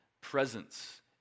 presence